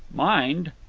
mind!